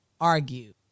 argue